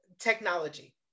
technology